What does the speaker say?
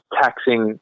taxing